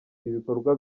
ibikorwa